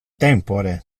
tempore